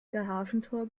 garagentor